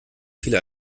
viele